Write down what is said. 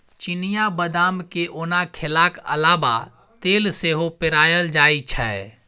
चिनियाँ बदाम केँ ओना खेलाक अलाबा तेल सेहो पेराएल जाइ छै